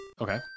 Okay